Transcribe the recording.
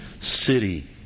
city